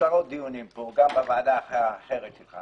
עשרות דיונים פה, גם בוועדה האחרת שלך.